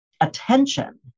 attention